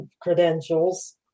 credentials